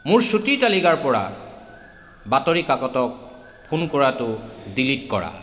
মোৰ ছুটীৰ তালিকাৰ পৰা বাতৰি কাকতক ফোন কৰাটো ডিলিট কৰা